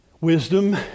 Wisdom